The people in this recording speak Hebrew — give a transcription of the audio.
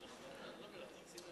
תודה.